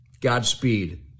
Godspeed